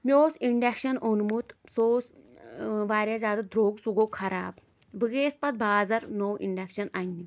مےٚ اوس اِنٛڈَکشَن اوٚنمُت سُہ اوس واریاہ زیادٕ دروٚگ سُہ گوٚو خراب بہٕ گٔیَس پَتہٕ بازَر نوٚو اِنٛڈَکشَن اَنٛنہِ